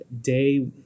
day